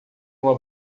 uma